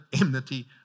enmity